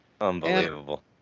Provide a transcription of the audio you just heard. Unbelievable